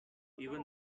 even